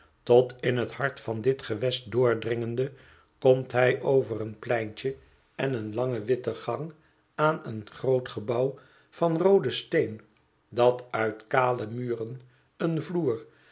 tot in het hart van dit gewest doordringende komt hij over een pleintje en een langen witten gang aan een groot gebouw van rooden steen dat uit kale muren een vloer